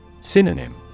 Synonym